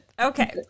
Okay